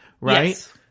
right